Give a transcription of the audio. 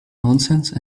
nonsense